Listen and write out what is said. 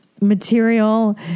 material